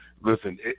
listen